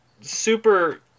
super